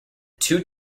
two